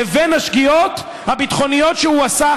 לבין השגיאות הביטחוניות שהוא עשה,